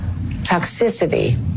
toxicity